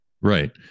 Right